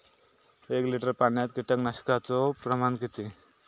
एक लिटर पाणयात कीटकनाशकाचो प्रमाण किती?